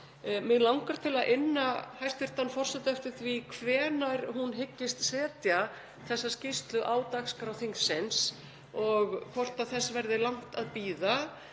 Mig langar til að inna hæstv. forseta eftir því hvenær hún hyggist setja þessa skýrslu á dagskrá þingsins og hvort þess verði langt að bíða.